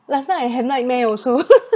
last night I have nightmare also